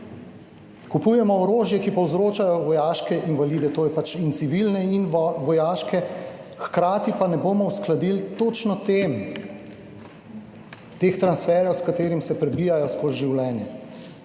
Kupujemo orožja, ki povzročajo vojaške invalide, in civilne in vojaške, hkrati pa ne bomo uskladili točno tem teh transferjev, s katerimi se prebijajo skozi življenje.